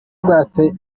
bwateye